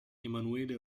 emanuele